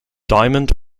diamond